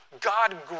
God